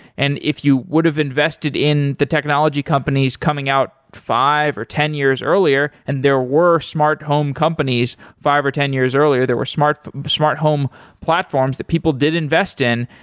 and if you would've invested in the technology companies coming out five or ten years earlier and they were smart home companies, five or ten years earlier there were smart smart home platforms that people did invest in,